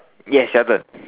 yes travel